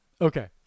okay